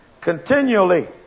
continually